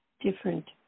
different